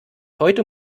heute